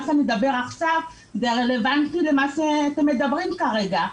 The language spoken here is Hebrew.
שאגיד עכשיו רלוונטי למה שאתם מדברים עליו כרגע.